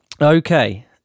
Okay